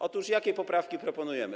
Otóż jakie poprawki proponujemy?